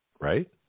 right